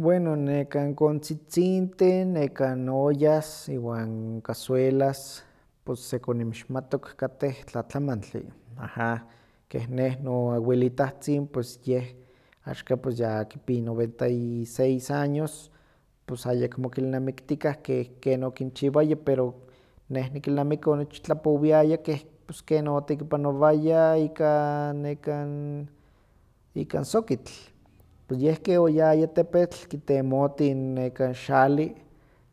Bueno, nekan kontzitzintih nekah n ollas, iwan cazuelas pus sekoninmixmatok katteh tlatlamantli, aha, keh neh noawelitahtzin pues yeh axkan pues yakipi noventa y seis años, pus ayekmo kilnamiktikah keh ken okinchiwaya, pero neh nikilnamiki onechtlapowiaya keh ken otekipanowaya ikan nekan, ikan sokitl. Pus yeh ke oyaya tepetl kitemotin xalli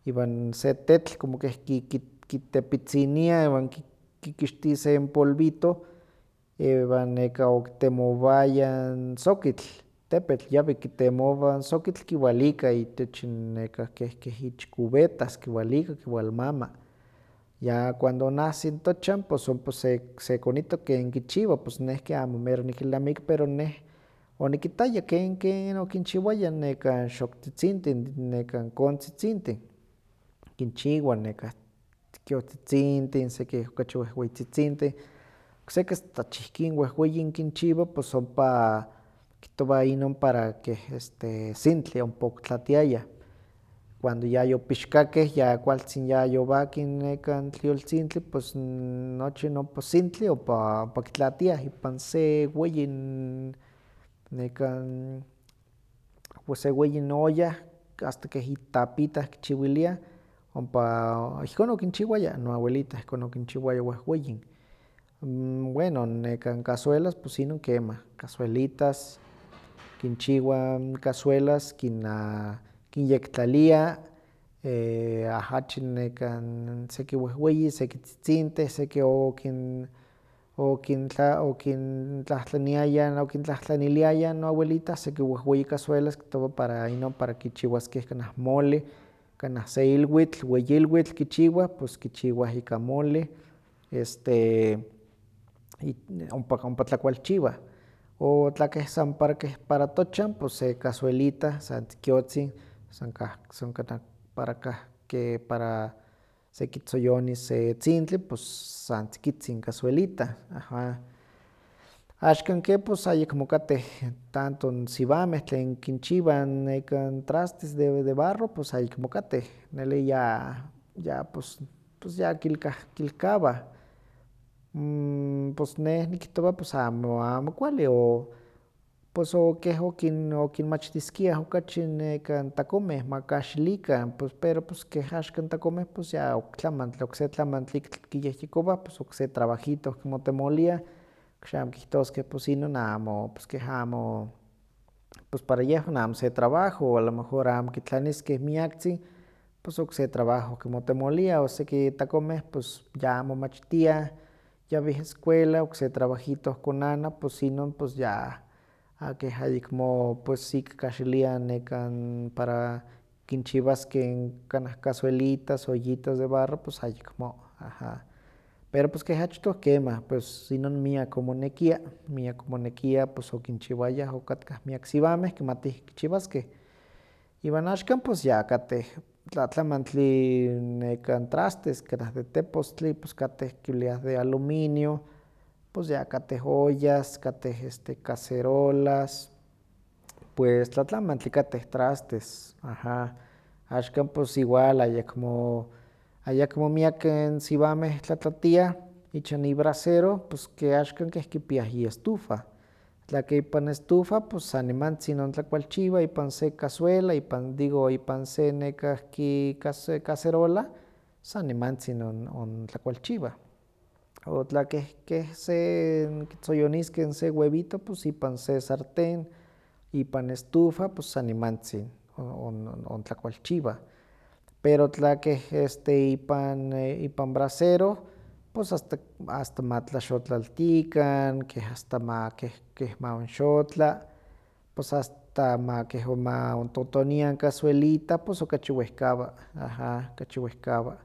iwan se tetl como keh ki- ki- kitepitziniah iwan ki- kikixti se n polvito iwan nekah okitemowayah n sokitl, tepetl yawi kitemowa sokitl, kiwalika itech n nekah keh- keh ich cubetas kiwalika kiwalmama. Ya cuando onahsi n tochan pus ompa se- sekonittok ken kichiwa pus neh ke amo mero nikilnamiki pero neh onikittaya ken ken okinchiwaya nekan xoktzitzintih, nekan kontzitzintih. Kinchiwa nekah tzikiotzitzintih, seki okachi wehweyitzitzintih, okseki asta achihkin wehweyi kinchiwa pus ompa kihtowa inon para keh este sintli ompa okitlaatiayah cuando yayopixkakeh, ya kualtzin yayowaki nekan tlioltzintli pus n nochi ompa sintli ompa ompa kitlaatiah ipan se weyi n nekah n pues se weyi n olla asta keh itapitah kichiwiliah, ompa ihkon okinchiwaya noawelitah ihkon okinchiwaya wehweyin. Bueno nekan cazuelas pues inon kemah, cazuelitas kinchiwah n cazuelas, kin- a- kinyektlalia, ahachi seki wehweyi, seki tzitzintih, seki okin- okintla- okintlahtlaniayah n- okintlahtlaniliayah noawelitah seki wehweyi cazuelas kihtowa para inon para kichiwaskeh kanah mole, kanah se ilwitil, weyi ilwitl kichiwah pus kichiwah ika mole, este it- ompa- ompa tlakualchiwah, o tlakeh san para keh para tochan pues se cazuelitah san tzikiotzin san kah- san kanah para- kahki- para sekitzoyonis se etzintli pus san tzikitzin cazuelita, aha. Axkan ke pues ayekmo katteh tanto n siwameh tlen kinchiwah n trastes de barro, pues ayekmo kateh, nelli ya- ya pues- pus ya kilka- kilkawah. Pus neh nikihtowa pus amo- amo kualli, o pus o keh okin- okinmachtiskiah okachi n takomen ma kahxilikan, pero pus keh axkan takomen pus ya oktlamantli okse tlamantli ik- tl- kiyehyekowah pus okse trabajitoh kimotemoliah, koxamo kihtoskeh pus inon pus keh amo pus para yehwan amo se trabajo o alomejor amo kitlaniskeh miaktzin, pus okse trabajoh kimotemoliah, o seki takomeh pus ya momachtiah yawih escuela okse trabajitoh konanah pus inon pus ya a- keh- ayekmo pus ik kahxilian nekan para kinchiwaskeh n kanah cazuelitas, ollitas de barro, pues ayekmo, aha. Pero keh achtoh kemah, pus inon miak omonekia, miak omonekia, pus okinchiwayah okatkah miak n siwameh kimatih kichiwaskeh. Iwan axkan pus ya katteh tlatlamantli trastes kanah de teposttli, katteh kiliah de aluminio, pues ya katteh ollas, katteh este cacerolas, pues tlatlamantli katteh trastes, aha. Axkan pus igual ayekmo, ayekmo miakeh n siwameh tlatlatiah ich n ibrasetoh, pus keh axkan kipiah iestufa. Tlakeh ipan estufa pus san nimantzin ontlakualchiwah ipan se cazuela, ipan digo ipan se nekahki cazue- cacerola, san nimantzin on- ontlakualchiwah. O tla keh keh se n kitziyoniskeh se webito pus ipan se sartén, ioan estufa pus san nimantzin ontlakualchiwah. Pero tla keh ipan ipan brasero, pus asta ma- asta ma tlaxotlaltikan, keh asta ma keh keh maonxotla, pus asta ma keh ma ontotonia n cazuelita, pus okachi wehkawa, aha, okachi wehkawa.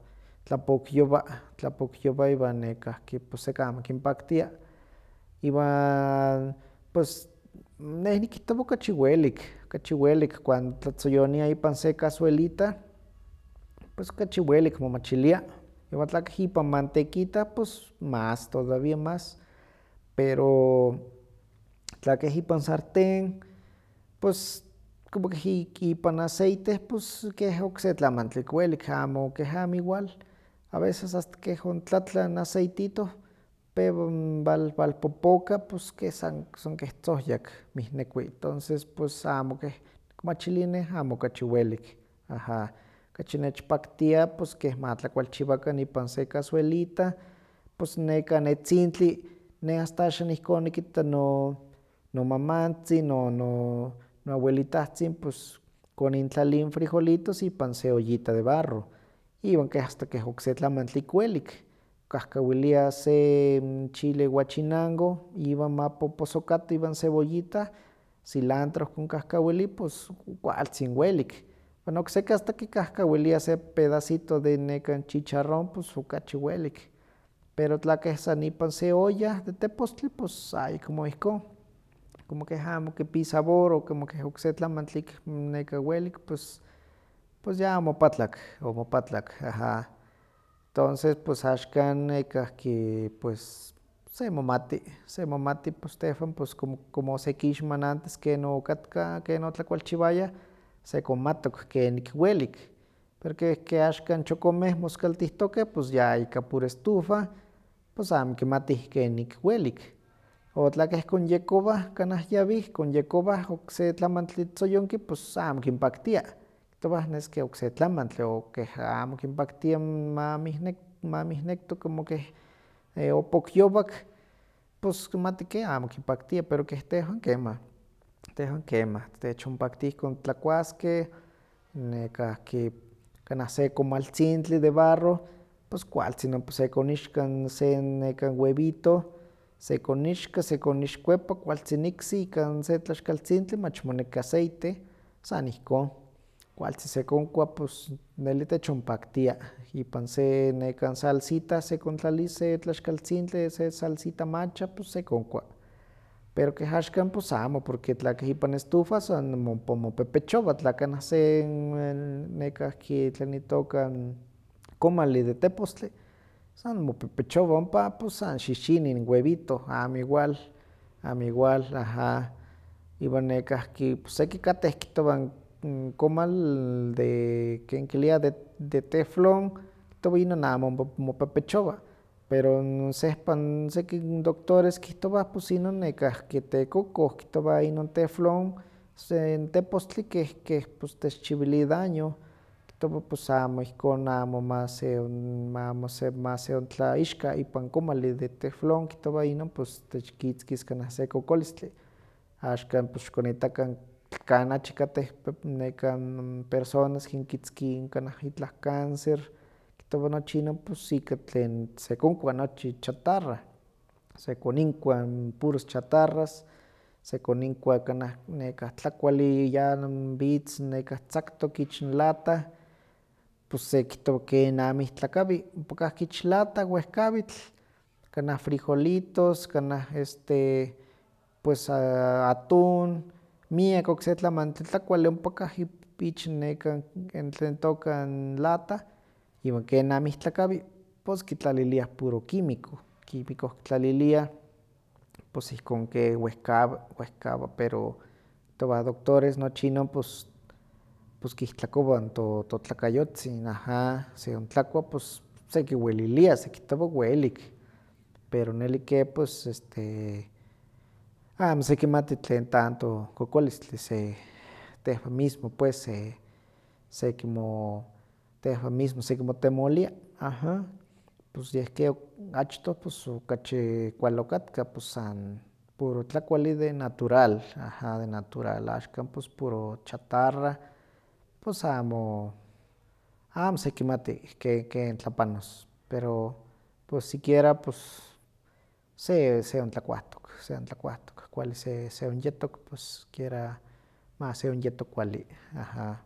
Tlapokyowa, tlapokyowa iwan nekahki pus seki amo kinpaktia, iwan pus neh nikihtowa okachi welik, okachi welik cuando tlatzoyoniah ipan se cazuelita, pus kachi welik mo machilia, iwan tla keh ipan mantequita pus más todavía más, pero tla keh ipan sartén, pues como keh ipan aceite pus keh okse tlamantli ik welik, keh amo igual, a veces asta keh ontlatla n aceitito pewa n walpopokah pus keh san san keh tzohyak mihnekui, tonces amo keh nikmachili neh amo okachi welik, aha. Okachi nechpaktia pus keh ma tlakualchiwakan ipan se cazuelita, pus nekan etzintli neh asta axan ihkon nikitta no- nomanatzin, no- no- noawelitahrzin pus konintlali n frijolitos ipan se ollita de barro, iwan keh asta keh okse tlamantli ik welik, kikahkawilia se n chile guachinango iwan ma poposokato iwan cebollita, cilantro kon kahkawili, pus kualtzin welik, iwan okseki asta kikahkawiliah se pedacito de nekan chicharron pus okachi welik, pero tla kes san ipan se olla de tepostli pues ayekmo ihkon, como keh amo kipi sabor, o como ke okse tlamantli ik nekan welik, pus pus ya omopatlak, omopatlak, aha. Tonces pus axkan nekahki pues semomati, semomati, pus tehwan pus como como osekixmah n antes ken okatka ken otlakualchiwayah, sekonmattok kenik welik, pero keh keh axkan chokomeh moskaltihtokeh, pus ya ika pura estufa pus amo kimattih kenik welik, o tla keh konyekowah kanah yawih konyekowah okse tlamantli tzoyonki pus amo kinpaktia, kihtowah nes keh okse tlamantli, o keh amo kinpaktia mamih- mamihnekto como keh e- opokyowak, pus mati ke amo kinpaktia, pero keh tehwan kemah, tehwan kemah, techonpakti ihkon titlakuaskeh, nekahki kanah se comaltzintli de barro, pus kualtzin sekonixka se n nekan webito, sekonixka, sekoixkuepa, kualtzin iksi ika n se tlaxkaltzintli, mach moneki aceite, san ihkon. Kualtzin sekonkua pus neli techonpakitia, ipan se salsita sekontlali se tlaxkaltzintli se salsita macha pus sekonkua, pero keh axkan pus amo porque tla keh ipa estufa san m- ompa mopepechowa, tla kanah se n nekahki tlen itooka se n komalli de tepostli san mopepechowa, ompa pus san xixini n webito, amo igual, amo igual, aha. Ian nekahki seki katteh kihtowah n comal de, ken kiliah, de- t- de teflón, kihtowa inon amo ompa mopepechowa, pero n sehpa seki doctores kihtowa pues inon nekahki tekokoh, kihtowah inon n teflón, se n tepostli keh keh techchiwili daño, kihtowa pus amo ihkon, amo ma se- mamose- moseontlaixka ipan komalli de teflon, kihtowa inon techkitzkis kanah se kokolistli, axkan xikonittakan tl- kanachi katteh pe- nekan personas kinkitzki kanah itlah cáncer, kihtowa nochi pus ika tlen sekonkua nochi chatarra, sekoninkua puros chatarras, sekoninkua kanah tlakualli ya witz nekah tzaktok ich lata, pus sekihtowa ken amo ihtlakawi ompa kah n ich lata wehkawitl, kanah frijolitos, kanah pues a- atún, miak okse tlamantli tlakualli ompakah ich nekah, tlen itooka, n lata, iwan ken amo ihtlakawi, pus kitlaliliah puro químico, químico kitlaliliah, pus ihkon ke wehkawa, wehkawa pero kihtowah doctores nochi inon pues pues kihtlakowa n to- totlakayotzin, aha. Se ontlakua pus sekiwelilia, sekihtowa welik, pero neli ke pus este, amo sekimati tlen tanto kokolistli se tehwan mismo pues se- sekimo- tehwan mismo sekimotemolia, aha. Pus yeh keh achtoh kualli okatka, san puro tlakualli de natural, aha, de natural, axkan pues puro chatarr, pus amo, amo sekimati, ke ken tlapanos, pero sikiera pus se- seontlakuahtok. seontlakuahtok, kualli seonyetok, kiera ma seonyetto kualli, aha.